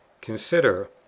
consider